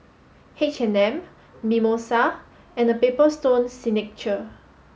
H and M Mimosa and The Paper Stone Signature